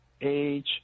age